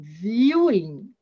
viewing